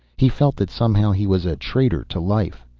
he felt that somehow he was a traitor to life.